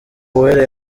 uwera